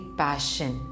passion।